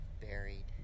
buried